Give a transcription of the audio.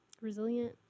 resilient